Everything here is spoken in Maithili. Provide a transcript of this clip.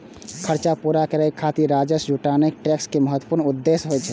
खर्च पूरा करै खातिर राजस्व जुटेनाय टैक्स के महत्वपूर्ण उद्देश्य होइ छै